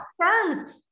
firms